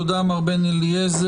תודה, מר בן אליעזר.